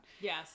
Yes